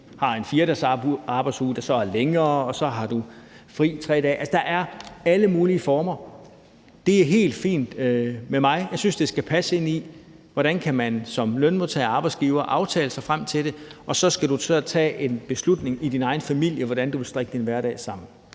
har en 4-dages arbejdsuge, der så er længere, og så har du fri 3 dage. Altså, der er alle mulige former. Det er helt fint med mig. Jeg synes, det skal passe ind i, hvordan man som lønmodtager og arbejdsgiver kan aftale sig frem til det, og så skal du tage en beslutning i din egen familie om, hvordan du vil strikke din hverdag sammen.